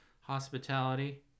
hospitality